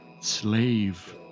slave